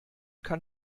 kann